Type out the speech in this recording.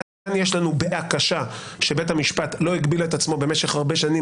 כאן יש לנו בעיה קשה שבית המשפט לא הגביל את עצמו במשך הרבה שנים